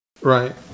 right